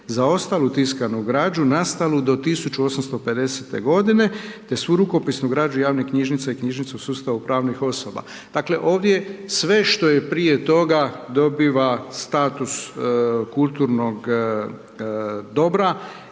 za ostalu tiskanu građu nastalu do 1850. godine te svu rukopisnu građu javne knjižnice i knjižnice u sustavu pravnih osoba. Dakle ovdje sve što je prije toga dobiva status kulturnog dobra